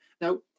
Now